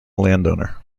landowner